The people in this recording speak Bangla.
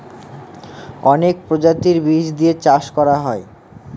অনেক প্রজাতির বীজ দিয়ে চাষ করা হয়